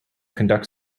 conduct